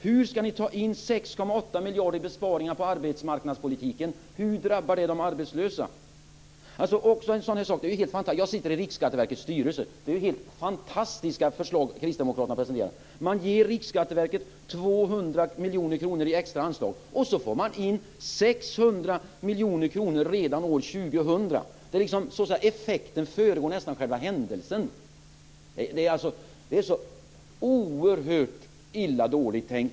Hur ska ni ta in 6,8 miljarder i besparingar på arbetsmarknadspolitiken? Hur drabbar det de arbetslösa? Eller ta en sådan här sak: Jag sitter i Riksskatteverkets styrelse. Det är ju helt fantastiska förslag som kristdemokraterna presenterar. Man ger Riksskatteverket 200 miljoner kronor i extra anslag - och så får man in 600 miljoner kronor redan år 2000! Det är nästan så att effekten föregår själva händelsen. Det är så oerhört dåligt tänkt.